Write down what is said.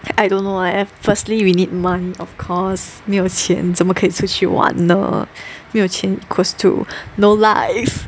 I don't know leh firstly we need money of course 没有钱怎么可以出去玩呢没有钱 equals to no life